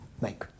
make